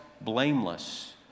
blameless